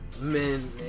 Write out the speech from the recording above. men